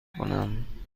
کنم